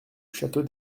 château